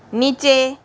नीचे